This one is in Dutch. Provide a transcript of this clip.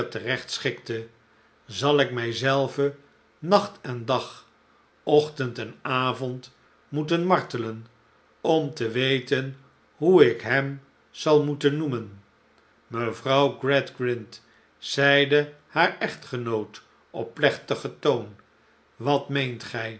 terecht schikte zal ik mij zelvenacht en dag ochtend en avond moeten martelen om te weten hoe ik hem zal moeten noemen mevrouw gradgrind zeide haar echtgenoot op plechtigen toon wat meent gij